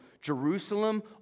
Jerusalem